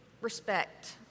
respect